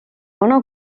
vana